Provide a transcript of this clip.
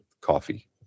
coffee